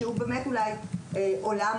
שהוא עולם,